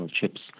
chips